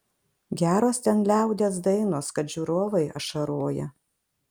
geros ten liaudies dainos kad žiūrovai ašaroja